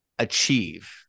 Achieve